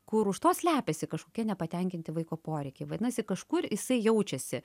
kur už to slepiasi kažkokie nepatenkinti vaiko poreikiai vadinasi kažkur jisai jaučiasi